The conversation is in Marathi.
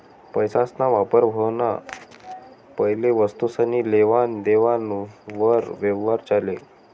पैसासना वापर व्हवाना पैले वस्तुसनी लेवान देवान वर यवहार चाले